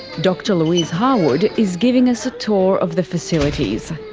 dr louise harwood is giving us a tour of the facilities.